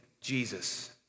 Jesus